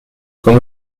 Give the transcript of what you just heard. con